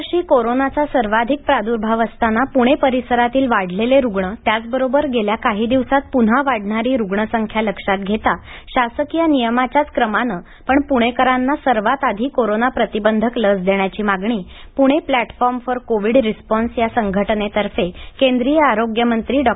पुणे लसीकरण गेल्या वर्षी कोरोनाचा सर्वाधिक प्राद्भाव असताना पुणे परिसरातील वाढलेले रुग्ण त्याचबरोबर गेल्या काही दिवसांत पुन्हा वाढणारी रुग्णसंख्या लक्षात घेता शासकीय नियमाच्याच क्रमानं पण पुणेकरांना सर्वात आधी कोरोना प्रतिबंधक लस देण्याची मागणी Pune platform for Covid response या संघटनेतर्फे केंद्रीय आरोग्य मंत्री डॉ